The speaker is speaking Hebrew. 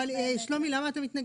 שלומי, למה אתה מתנגד?